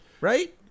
right